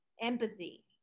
empathy